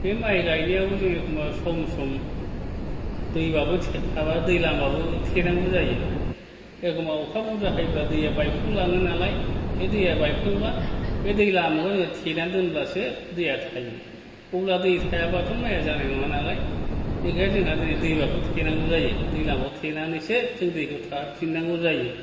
बे माइ गायनायावबो जोङो एखमबा सम सम दैबाबो थाबा दै लामाबो थेनांगौ जायो एखम्बा अखा बुरजा हायोबा दैआ बायफ्लंलाङो नालाय बे दैया बायफ्लंबा बे दै लामाखौ थेनानै दोनब्लासो दैया थायो अब्ला दै थायाबाथ' माइया जानाय नङा नालाय बेखायनो जोंहा दै बेखौ थेनांगौ जायो दैज्लांआव थेनानैसो जों दै थाहोफिननांगौ जायो